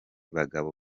bagabo